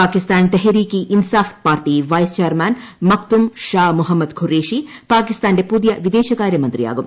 Pakistan Tehreek e Insaf party vice chairman Makhdoom Shah Mehmood Qureshi പാകിസ്ഥാന്റെ പുതിയ വിദേശാകാര്യമന്ത്രിയാകും